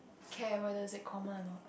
okay whether is it common or not